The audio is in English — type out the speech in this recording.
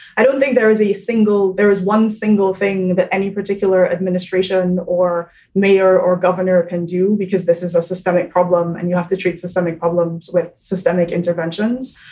i don't think there is a single there is one single thing that any particular administration or mayor or governor can do, because this is a systemic problem and you have to treat systemic problems with systemic interventions.